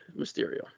Mysterio